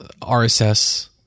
RSS